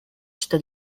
что